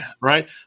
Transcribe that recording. Right